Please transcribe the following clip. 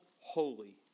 holy